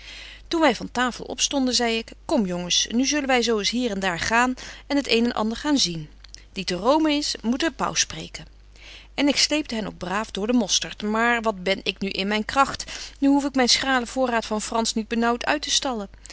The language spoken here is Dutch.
toen wy van tafel opstonden zei ik kom jongens nu zullen wy zo eens hier en daar gaan en het een en ander gaan zien die te romen is moet den paus spreken en ik sleepte hen ook braaf door den mostert maar wat ben ik nu in myn kragt nu hoef ik myn schrale voorraat van fransch niet benaauwt uit te stallen